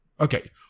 Okay